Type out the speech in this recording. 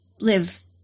live